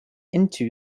into